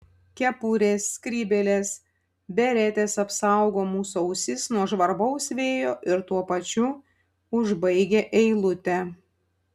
kepurės skrybėlės beretės apsaugo mūsų ausis nuo žvarbaus vėjo ir tuo pačiu užbaigia eilutę